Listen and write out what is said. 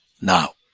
Now